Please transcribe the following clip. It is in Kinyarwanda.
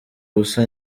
ubusa